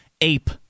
ape